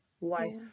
wife